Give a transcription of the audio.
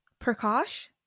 Prakash